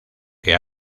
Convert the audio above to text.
que